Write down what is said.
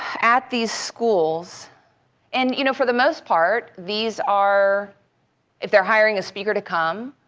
at these schools and you know for the most part, these are if they're hiring a speaker to come.